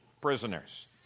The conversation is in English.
prisoners